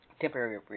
Temporary